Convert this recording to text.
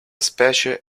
specie